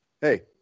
hey